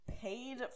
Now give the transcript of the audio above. paid